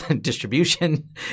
distribution